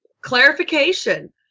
Clarification